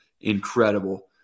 incredible